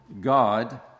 God